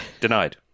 denied